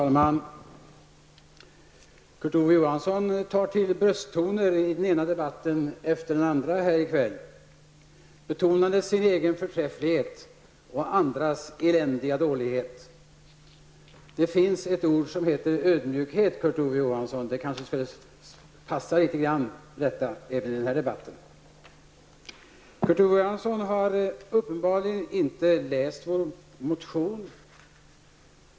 Herr talman! Kurt Ove Johansson tar till brösttoner i den ena debatten efter den andra här i kväll betonande sin egen förträfflighet och andras eländiga dålighet. Det finns ett ord som heter ödmjukhet, Kurt Ove Kurt Ove Johansson har uppenbarligen inte läst vår motion.